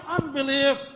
unbelief